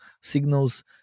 signals